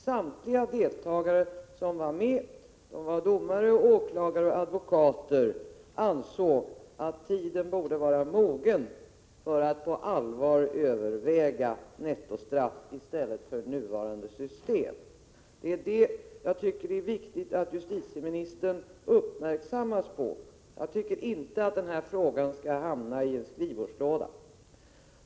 Samtliga deltagare — domare, åklagare och advokater — ansåg att tiden borde vara mogen för att på allvar överväga nettostraff i stället för att ha det nuvarande systemet. Jag tycker att det är viktigt att justitieministern uppmärksammas på detta. Jag tycker inte att denna fråga skall hamna i en skrivbordslåda.